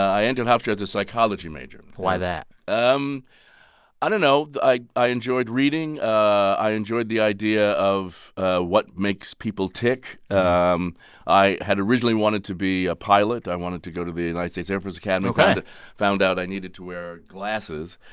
entered hofstra as a psychology major why that? um i don't know. i i enjoyed reading. i enjoyed the idea of what makes people tick. um i had originally wanted to be a pilot. i wanted to go to the united states air force academy ok found out i needed to wear glasses.